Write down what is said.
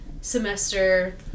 semester